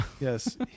Yes